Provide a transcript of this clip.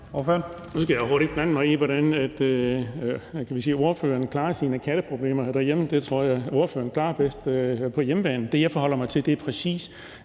Nu skal jeg overhovedet ikke blande mig i, hvordan ordføreren klarer sine katteproblemer derhjemme. Det tror jeg ordføreren klarer bedst på hjemmefronten. Det, jeg forholder mig til, er præcis